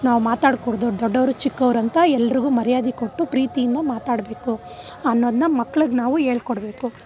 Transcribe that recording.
ನಾವು ಮಾತಾಡಕೂಡ್ದು ದೊಡ್ಡವರು ಚಿಕ್ಕವರು ಅಂತ ಎಲ್ಲರಿಗೂ ಮರ್ಯಾದೆ ಕೊಟ್ಟು ಪ್ರೀತಿಯಿಂದ ಮಾತಾಡಬೇಕು ಅನ್ನೋದನ್ನು ಮಕ್ಳಿಗೆ ನಾವು ಹೇಳ್ಕೊಡ್ಬೇಕು